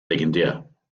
legendär